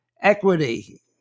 equity